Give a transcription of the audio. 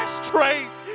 strength